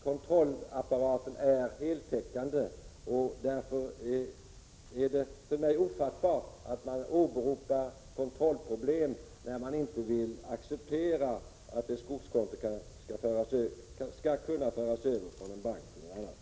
Kontrollapparaten är heltäckande, och därför är det för mig ofattbart att man åberopar kontrollproblem när man inte vill acceptera att ett skogskonto skall kunna föras över från en bank till en annan.